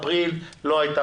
אפריל - לא הייתה